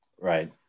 Right